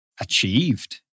achieved